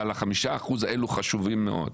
אבל ה-5% האלה חשובים מאוד.